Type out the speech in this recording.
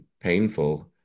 painful